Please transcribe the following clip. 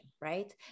right